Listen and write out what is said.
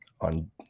on